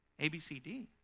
ABCD